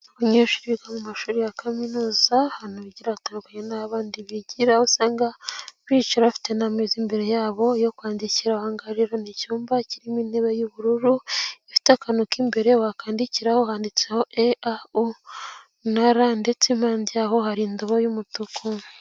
Abanyeshuri biga mu mashuri ya kaminuza ahantu bigira hatandukanye naho abandi bigira, aho usanga bicara bafite n'ameza imbere yabo yo kwandikiraho, ahangaha rero ni icyumba kirimo intebe y'ubururu ifite akantu k'imbere wakandikiraho handitseho e unara ndetse impane yaho hari indobo y'umutuku.